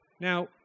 Now